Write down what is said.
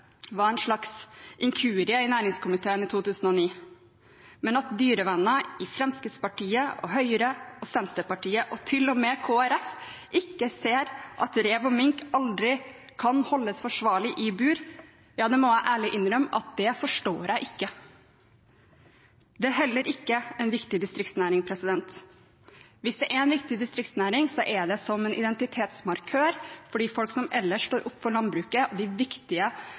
var en slags inkurie i næringskomiteen i 2009, men at dyrevenner i Fremskrittspartiet, Høyre, Senterpartiet og til og med Kristelig Folkeparti ikke ser at rev og mink aldri kan holdes forsvarlig i bur, ja det må jeg ærlig innrømme at det forstår jeg ikke. Det er heller ingen viktig distriktsnæring. Hvis det er en viktig distriktsnæring, er det som identitetsmarkør, fordi folk som ellers står opp for landbruket og den viktige jobben de gjør, de viktige